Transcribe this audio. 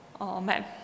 Amen